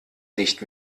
nicht